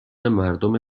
مردم